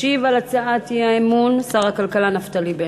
ישיב על הצעת האי-אמון שר הכלכלה נפתלי בנט.